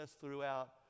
throughout